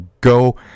go